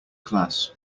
class